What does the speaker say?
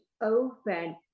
open